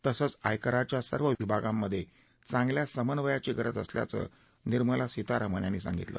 तसंच आयकराच्या सर्व विभागांमधे चांगल्या समन्वयाची गरज असल्याचं निर्मला सीतारामन यांनी सांगितलं